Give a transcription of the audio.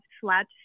flat